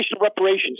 reparations